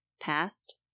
past